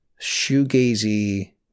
shoegazy